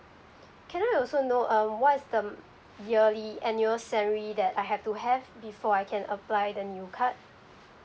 can I also know um what is the um yearly annual salary that I have to have before I can apply the new card